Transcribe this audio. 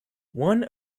one